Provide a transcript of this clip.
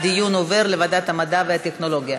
הדיון עובר לוועדת המדע והטכנולוגיה.